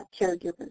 caregivers